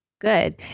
Good